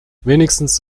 wenigstens